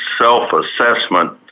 self-assessment